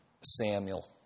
Samuel